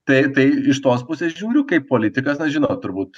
tai tai iš tos pusės žiūriu kaip politikas na žinot turbūt